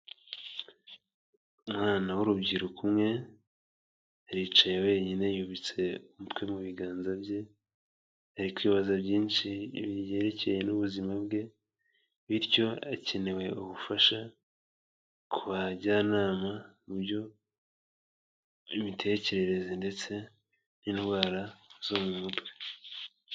Umwana w'urubyiruko umwe aricaye wenyine yubitse umutwe mu biganza bye, ari kwibaza byinshi byerekeye n'ubuzima bwe, bityo akeneye ubufasha ku bajyanama muby'imitekerereze ndetse n'indwara zo mu mutwe.